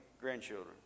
grandchildren